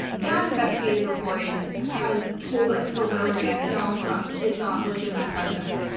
that investigative reporting has told us over and over again that donald trump is not a legitimate president.